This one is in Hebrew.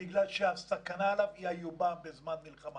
בגלל שהסכנה עליו היא איומה בזמן מלחמה.